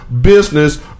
business